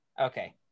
Okay